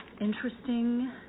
interesting